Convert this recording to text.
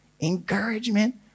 encouragement